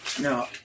Now